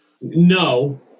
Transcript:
No